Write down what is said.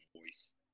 voice